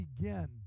begin